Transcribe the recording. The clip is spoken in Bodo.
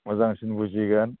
मोजांसिन बुजिगोन